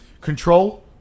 Control